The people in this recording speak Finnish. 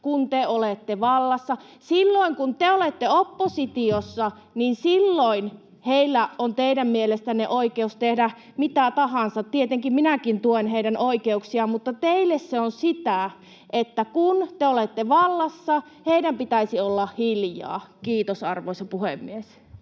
kun te olette vallassa. Silloin kun te olette oppositiossa, niin silloin heillä on teidän mielestänne oikeus tehdä mitä tahansa. Tietenkin minäkin tuen heidän oikeuksiaan, mutta teille se on sitä, että kun te olette vallassa, heidän pitäisi olla hiljaa. — Kiitos, arvoisa puhemies.